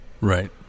Right